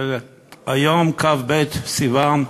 היום כ"ב סיוון.